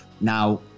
now